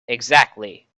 exactly